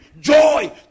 joy